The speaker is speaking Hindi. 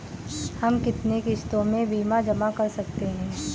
हम कितनी किश्तों में बीमा जमा कर सकते हैं?